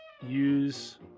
use